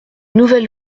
nouvelle